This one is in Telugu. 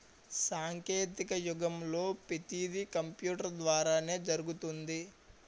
సాంకేతిక యుగంలో పతీది కంపూటరు ద్వారానే జరుగుతుంది